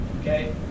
okay